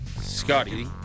Scotty